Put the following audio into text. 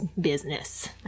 business